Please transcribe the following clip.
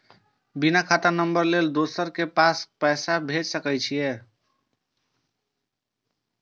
बिना खाता नंबर लेल दोसर के पास पैसा भेज सके छीए?